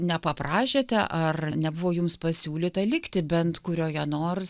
nepaprašėte ar nebuvo jums pasiūlyta likti bent kurioje nors